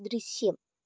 ദൃശ്യം